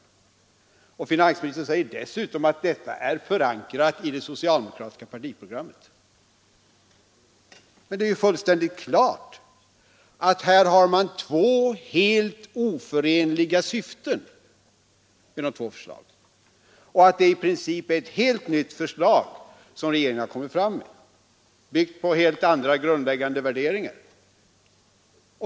Finansministern säger dessutom att detta är förankrat i det socialdemokratiska partiprogrammet. Det är ju fullständigt klart att man här har två helt oförenliga syften och att det i princip är ett helt nytt förslag regeringen kommit fram med, byggt på helt andra grundläggande värderingar.